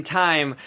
time